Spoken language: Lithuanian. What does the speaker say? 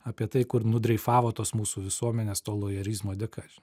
apie tai kur nudreifavo tos mūsų visuomenės to lojerizmo dėka